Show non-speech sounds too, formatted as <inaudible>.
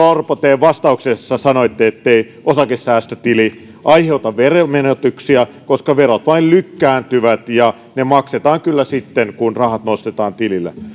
<unintelligible> orpo te vastauksessa sanoitte ettei osakesäästötili aiheuta veromenetyksiä koska verot vain lykkääntyvät ja ne maksetaan kyllä sitten kun rahat nostetaan tililtä